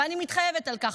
ואני מתחייבת על כך,